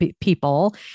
people